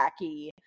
wacky